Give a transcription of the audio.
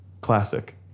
classic